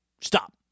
stop